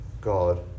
God